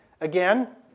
again